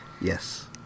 Yes